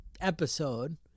episode